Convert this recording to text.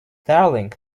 darling